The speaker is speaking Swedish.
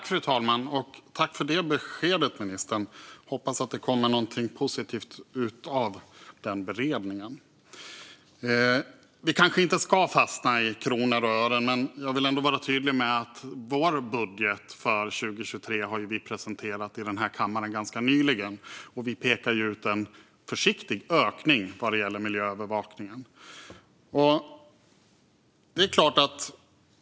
Fru talman! Jag tackar ministern för detta besked. Jag hoppas att det kommer något positivt av den beredningen. Vi kanske inte ska fastna i kronor och ören, men jag vill ändå vara tydlig med att vi presenterade vår budget för 2023 ganska nyligen. Där pekar vi ut en försiktig ökning för miljöövervakningen.